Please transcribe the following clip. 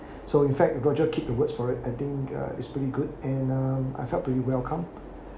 so in fact roger keep the words for it I think uh it's pretty good and uh I felt pretty welcome